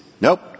nope